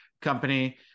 company